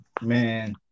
Man